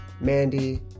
Mandy